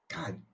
God